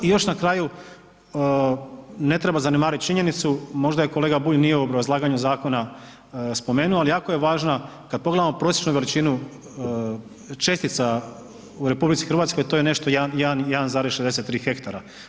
I još na kraju, ne treba zanemariti činjenicu, možda je kolega Bulj nije u obrazlaganju zakona spomenuo, ali jako je važna kad pogledamo prosječnu veličinu čestica u RH, to je nešto 1,63 hektara.